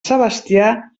sebastià